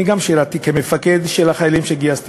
גם אני שירתתי כמפקד של החיילים שגייסתי,